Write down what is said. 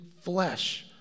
flesh